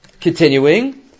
Continuing